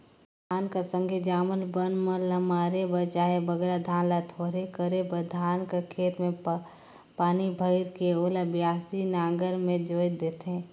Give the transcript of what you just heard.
धान कर संघे जामल बन मन ल मारे बर चहे बगरा धान ल थोरहे करे बर धान कर खेत मे पानी भइर के ओला बियासी नांगर मे जोएत देथे